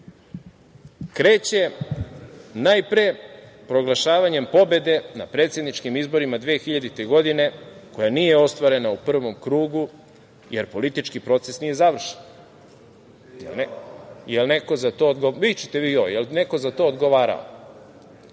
kreće najpre proglašavanjem pobede na predsedničkim izborima 2000. godine, koja nije ostvarena u prvom krugu, jer politički proces nije završen. Jel neko za to odgovarao? Sledeće,